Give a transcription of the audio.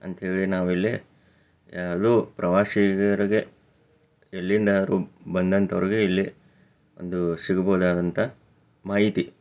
ಅಂತ್ಹೇಳಿ ನಾವಿಲ್ಲಿ ರು ಪ್ರವಾಸಿಗರಿಗೆ ಎಲ್ಲಿಂದಾದ್ರು ಬಂದಂಥವರಿಗೆ ಇಲ್ಲಿ ಒಂದು ಸಿಗ್ಬೋದಾದಂಥ ಮಾಹಿತಿ